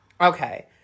Okay